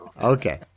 Okay